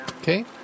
Okay